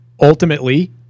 ultimately